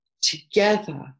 together